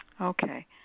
Okay